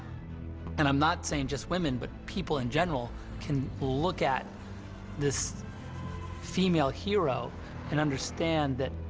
and i'm not saying just women, but people in general can look at this female hero and understand that,